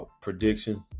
prediction